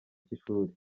cy’ishuri